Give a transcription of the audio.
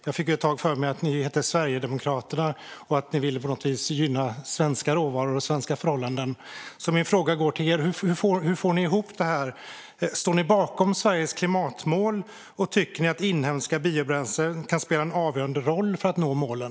Jag fick ett tag för mig att ni heter Sverigedemokraterna och att ni på något vis ville gynna svenska råvaror och svenska förhållanden. Min fråga till er är: Hur får ni ihop detta? Står ni bakom Sveriges klimatmål, och tycker ni att inhemska biobränslen kan spela en avgörande roll för att nå målen?